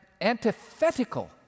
antithetical